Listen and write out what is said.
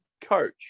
coach